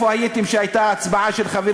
איפה הייתם כשהייתה הצבעה על הצעת חוק של